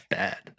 bad